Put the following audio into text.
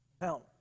Now